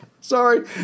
sorry